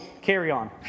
carry-on